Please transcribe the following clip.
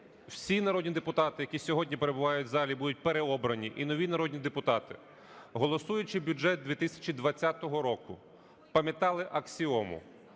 всі народні депутати, які сьогодні перебувають в залі, будуть переобрані, і нові народні депутати, голосуючи бюджет 2020 року, пам’ятали аксіому: